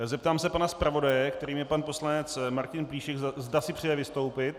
Zeptám se pana zpravodaje, kterým je pan poslanec Martin Plíšek, zda si přeje vystoupit.